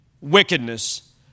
wickedness